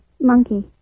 monkey